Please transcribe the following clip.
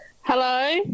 Hello